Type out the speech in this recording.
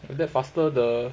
like that faster the